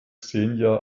xenia